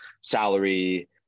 salary